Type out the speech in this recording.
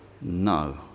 no